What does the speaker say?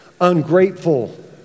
ungrateful